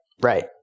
Right